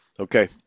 Okay